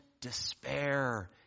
despair